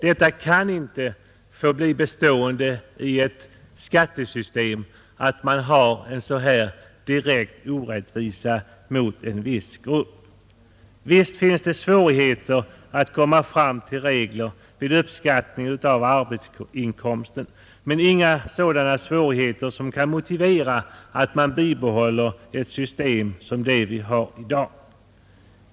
Det kan inte få bli bestående i ett skattesystem att man har en sådan här direkt orättvisa mot en viss grupp. Visst finns det svårigheter när det gäller att komma fram till regler för uppskattningen av arbetsinkomsten men inga sådana svårigheter som kan motivera att man bibehåller ett sådant system som det vi i dag har.